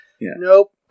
Nope